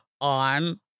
on